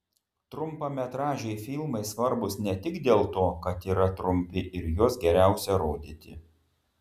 trumpametražiai filmai svarbūs ne tik dėl to kad yra trumpi ir juos geriausia rodyti